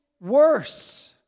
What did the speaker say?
worse